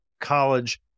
college